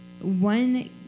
one